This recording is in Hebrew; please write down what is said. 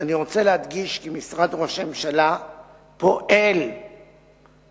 אני רוצה להדגיש כי משרד ראש הממשלה פועל למציאת